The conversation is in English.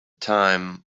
time